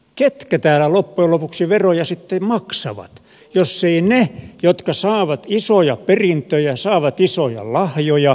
ketkä täällä loppujen lopuksi veroja sitten maksavat jos eivät ne jotka saavat isoja perintöjä isoja lahjoja